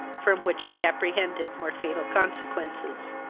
from which they apprehended more fatal consequences.